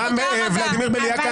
לא דרכתם בכלל בוועדה.